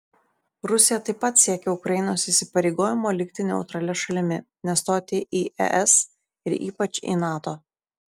rusija taip pat siekia ukrainos įsipareigojimo likti neutralia šalimi nestoti į es ir ypač į nato